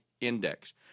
Index